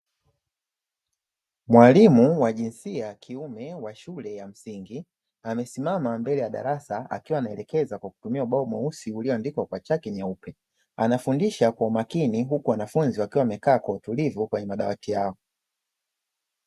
Mwalimu wa jinsia ya kiume wa shule ya msingi, amesimama mbele ya darasa, akiwa anaelekeza kwa kutumia ubao mweusi, ulioandikwa kwa chaki nyeupe, anafundisha kwa umakini huku wanafunzi wakiwa wamekaa kwa utulivu kwenye madawati yao.